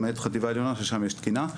למעט חטיבה עליונה ששם יש תקינה.